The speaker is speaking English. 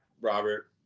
Robert